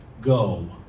go